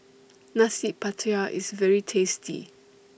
Nasi Pattaya IS very tasty